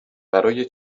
برای